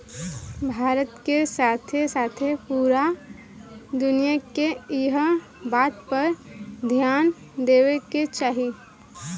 भारत के साथे साथे पूरा दुनिया के एह बात पर ध्यान देवे के चाही